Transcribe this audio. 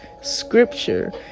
scripture